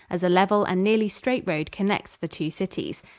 as a level and nearly straight road connects the two cities.